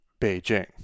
Beijing